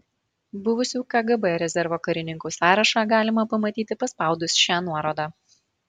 buvusių kgb rezervo karininkų sąrašą galima pamatyti paspaudus šią nuorodą